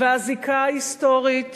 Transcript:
והזיקה ההיסטורית